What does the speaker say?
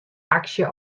aksje